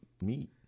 meat